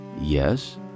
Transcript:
Yes